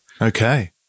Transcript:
Okay